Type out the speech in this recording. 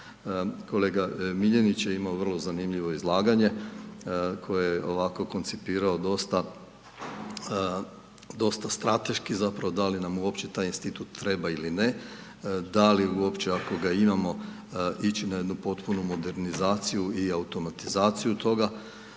Kolega Miljenić je imao vrlo zanimljivo izlaganje koje je ovako koncipirao dosta strateški, zapravo da li nam uopće taj institut treba ili ne, da li uopće ako ga imamo ići na jednu potpunu modernizaciju i automatizaciju toga.